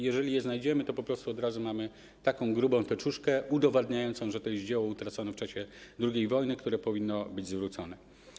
Jeżeli je znajdziemy, to po prostu od razu mamy taką grubą teczuszkę udowadniającą, że to jest dzieło utracone w czasie II wojny, które powinno być zwrócone.